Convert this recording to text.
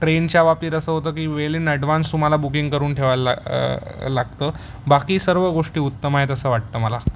ट्रेनच्या बाबतीत असं होतं की वेल इन अॅडव्हांस तुम्हाला बुकिंग करून ठेवायला लागतं बाकी सर्व गोष्टी उत्तम आहेत असं वाटतं मला